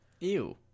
Ew